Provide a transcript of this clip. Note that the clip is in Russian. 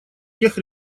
тех